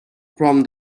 from